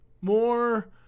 more